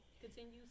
continue